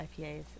IPAs